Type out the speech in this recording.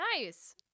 nice